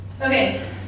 Okay